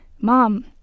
Mom